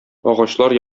агачлар